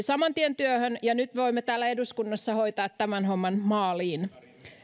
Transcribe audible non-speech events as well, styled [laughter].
[unintelligible] saman tien työhön ja nyt voimme täällä eduskunnassa hoitaa tämän homman maaliin